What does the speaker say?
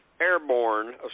Airborne